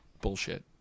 bullshit